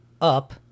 Up